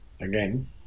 again